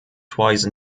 twice